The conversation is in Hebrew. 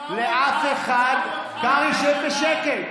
לאף אחד, הם ראו אותך, קרעי, שב בשקט.